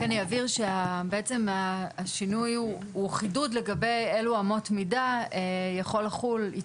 רק אני אבהיר שבעצם השינוי הוא חידוד לגבי אילו אמות מידה יכול לחול,